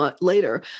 later